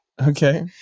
Okay